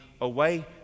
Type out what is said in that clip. away